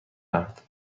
اند